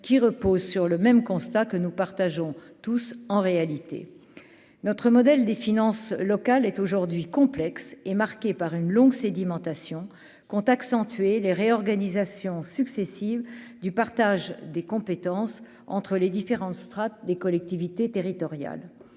qui repose sur le même constat que nous partageons tous en réalité notre modèle des finances locales est aujourd'hui complexe et marquée par une longue sédimentation compte accentuer les réorganisations successives du partage des compétences entre les différentes strates, des collectivités territoriales,